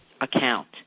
account